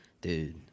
Dude